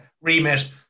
remit